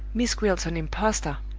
miss gwilt's an impostor!